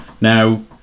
Now